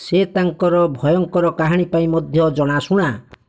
ସେ ତାଙ୍କର ଭୟଙ୍କର କାହାଣୀ ପାଇଁ ମଧ୍ୟ ଜଣାଶୁଣା